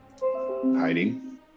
hiding